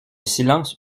silence